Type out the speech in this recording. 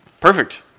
Perfect